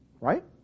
Right